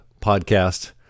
podcast